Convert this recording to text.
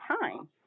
time